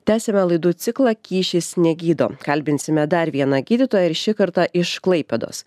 tęsiame laidų ciklą kyšis negydo kalbinsime dar vieną gydytoją ir šį kartą iš klaipėdos